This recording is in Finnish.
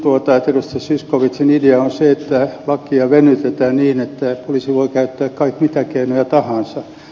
zyskowiczin idea on se että lakia venytetään niin että poliisi voi käyttää mitä keinoja tahansa